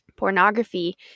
Pornography